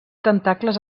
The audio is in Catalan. tentacles